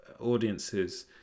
audiences